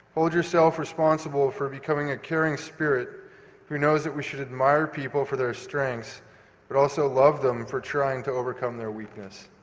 hold yourself responsible responsible for becoming a caring spirit who knows that we should admire people for their strengths but also love them for trying to overcome their weakness.